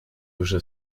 уже